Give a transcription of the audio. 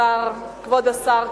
כבוד השר,